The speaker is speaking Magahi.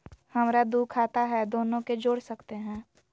हमरा दू खाता हय, दोनो के जोड़ सकते है?